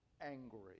Angry